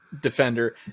Defender